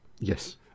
Yes